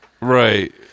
Right